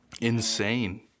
insane